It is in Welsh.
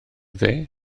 dde